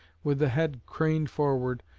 with the head craned forward,